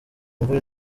mvura